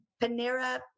Panera